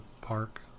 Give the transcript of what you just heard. Park